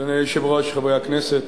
אדוני היושב-ראש, חברי הכנסת,